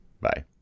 Bye